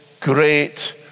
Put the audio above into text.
Great